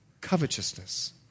Covetousness